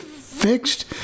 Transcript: fixed